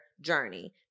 journey